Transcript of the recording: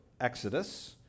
Exodus